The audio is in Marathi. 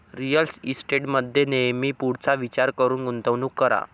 रिअल इस्टेटमध्ये नेहमी पुढचा विचार करून गुंतवणूक करा